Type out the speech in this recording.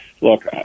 look